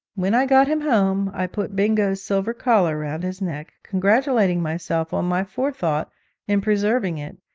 when i got him home, i put bingo's silver collar round his neck congratulating myself on my forethought in preserving it,